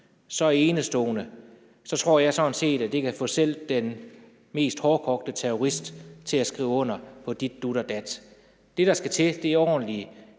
så enestående, så tror jeg sådan set, at det kan få selv den mest hårdkogte terrorist til at skrive under på dit, dut og dat. Det, der skal til, er ordentlige